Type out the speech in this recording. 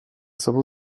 sobą